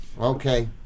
Okay